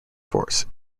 force